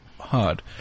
hard